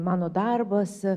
mano darbas